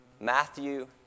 Matthew